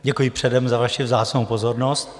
Děkuji předem za vaši vzácnou pozornost.